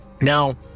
Now